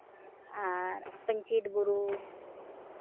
ᱟᱨ ᱯᱟᱧᱪᱮᱛ ᱵᱩᱨᱩ